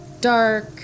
dark